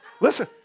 listen